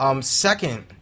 Second